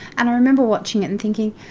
and i remember watching it and thinking,